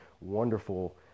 wonderful